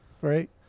Right